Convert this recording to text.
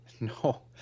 No